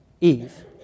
Eve